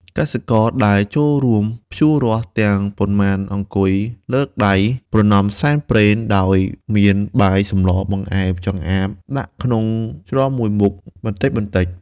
កសិករដែលចូលរួមភ្ជួររាស់ទាំងប៉ុន្មានអង្គុយ លើកដៃប្រណម្យសែនព្រេន ដោយមានបាយសម្ល បង្អែម ចម្លាប ដាក់ក្នុងច្រមមួយមុខបន្តិចៗ។